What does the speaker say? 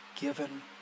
given